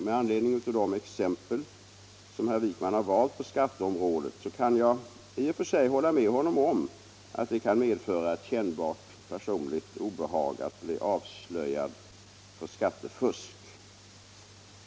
Med anledning av de exempel som herr Wijkman har valt på skatteområdet kan jag i och för sig hålla med honom om att det kan medföra ett kännbart personligt obehag att bli avslöjad för skattefusk.